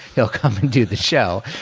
he'll come and do the show,